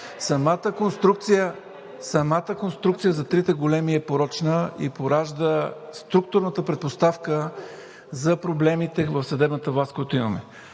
Самата конструкция за трите големи е порочна и поражда структурната предпоставка за проблемите в съдебната власт, които имаме.